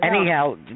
anyhow